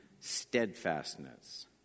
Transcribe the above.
steadfastness